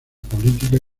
política